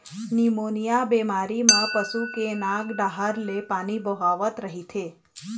pneumonia बेमारी म पशु के नाक डाहर ले पानी बोहावत रहिथे